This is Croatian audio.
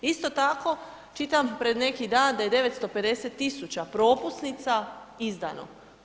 Isto tako, čitam pred neki dan da je 950.000 propusnica izdano.